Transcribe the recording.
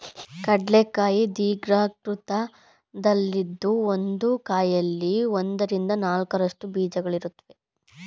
ಕಡ್ಲೆ ಕಾಯಿ ದೀರ್ಘವೃತ್ತಾಕಾರದಲ್ಲಿದ್ದು ಒಂದು ಕಾಯಲ್ಲಿ ಒಂದರಿಂದ ನಾಲ್ಕರಷ್ಟು ಬೀಜಗಳಿರುತ್ವೆ